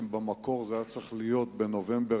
במקור זה היה צריך להיות בנובמבר,